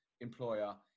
employer